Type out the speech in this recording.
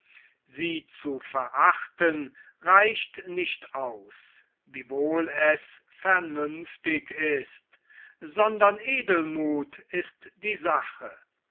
sie zu verachten reicht nicht aus wiewohl es vernünftig ist sondern edelmuth ist die sache